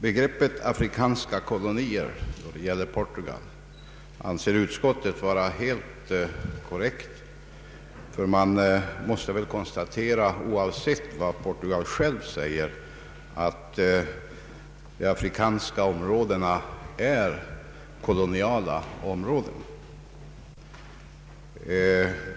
Begreppet ”afrikanska kolonier” när det gäller Portugal anser utskottet vara helt korrekt, ty man måste väl konstatera — oavsett vad Portugal självt säger — att de afrikanska områdena är koloniala områden.